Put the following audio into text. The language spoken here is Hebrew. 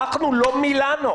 אנחנו לא מילאנו.